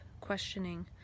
questioning